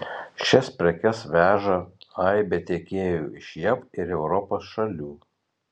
šias prekes veža aibė tiekėjų iš jav ir europos šalių